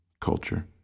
culture